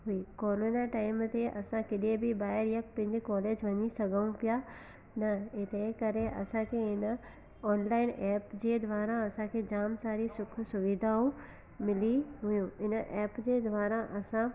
हुई corona time ते असां केॾे बि ॿाहिरि या पंहिंजे कॉलेज वञी सघूं पिया न हिन करे असांखे हिन ऑनलाइन एप जे द्वारा असांखे जाम सारी सुखु सुविधाऊं मिली वियूं हिन एप जे द्वारा असां